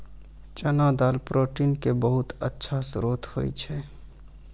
चना दाल प्रोटीन के बहुत अच्छा श्रोत होय छै